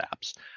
apps